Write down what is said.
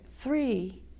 three